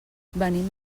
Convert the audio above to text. venim